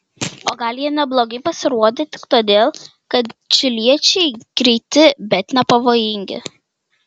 o gal jie neblogai pasirodė tik todėl kad čiliečiai greiti bet nepavojingi